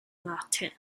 martin